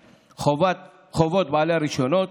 חובות בעלי הרישיונות,